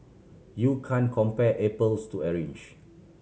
you can compare apples to orange